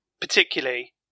particularly